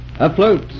Afloat